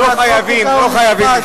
חוק ומשפט,